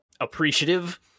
appreciative